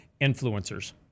influencers